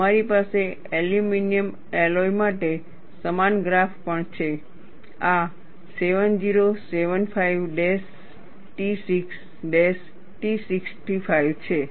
અને તમારી પાસે એલ્યુમિનિયમ એલોય માટે સમાન ગ્રાફ પણ છે આ 7075 t6 t65 છે